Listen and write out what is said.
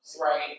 right